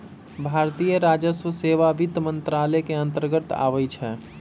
भारतीय राजस्व सेवा वित्त मंत्रालय के अंतर्गत आबइ छै